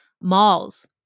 Malls